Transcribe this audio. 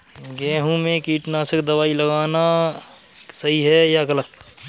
गेहूँ में कीटनाशक दबाई लगाना सही है या गलत?